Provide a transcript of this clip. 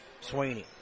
Sweeney